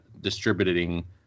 distributing